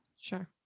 Sure